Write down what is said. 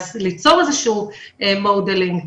ליצור איזה שהוא מודלינג